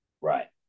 Right